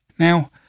Now